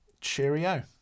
Cheerio